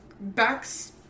backs